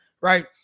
right